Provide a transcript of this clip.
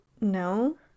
no